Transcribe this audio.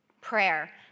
Prayer